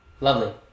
Lovely